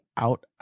Out